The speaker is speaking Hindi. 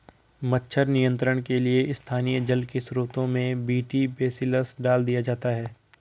मच्छर नियंत्रण के लिए स्थानीय जल के स्त्रोतों में बी.टी बेसिलस डाल दिया जाता है